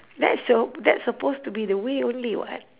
that's your that's supposed to be the way only [what]